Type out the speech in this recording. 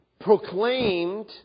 proclaimed